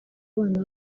abana